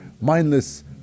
mindless